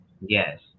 yes